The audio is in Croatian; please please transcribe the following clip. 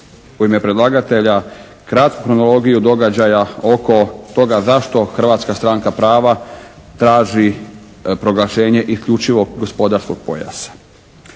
u ime predlagatelja kratku kronologiju događaja oko toga zašto Hrvatska stranka prava traži proglašenje isključivo gospodarskog pojasa.